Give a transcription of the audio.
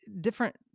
different